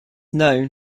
known